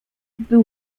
był